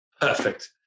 perfect